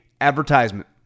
advertisement